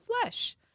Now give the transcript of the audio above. flesh